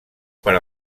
per